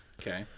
okay